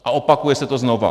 A opakuje se to znovu.